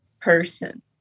person